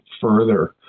further